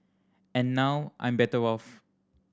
and now I'm better off